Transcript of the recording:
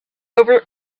over